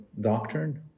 doctrine